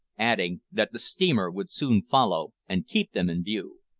adding that the steamer would soon follow and keep them in view.